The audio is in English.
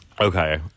Okay